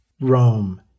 Rome